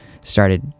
started